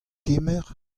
kemer